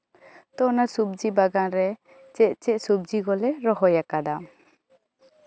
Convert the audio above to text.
ᱛᱚ ᱚᱱᱟ ᱥᱚᱵᱡᱤ ᱵᱟᱜᱟᱱᱨᱮ ᱪᱮᱫ ᱪᱮᱫ ᱥᱚᱵᱡᱤ ᱠᱚᱞᱮ ᱨᱚᱦᱚᱭ ᱟᱠᱟᱫᱟ